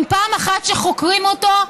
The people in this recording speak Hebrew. עם פעם אחת שחוקרים אותו,